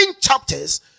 chapters